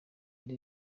ari